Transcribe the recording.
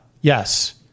yes